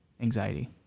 anxiety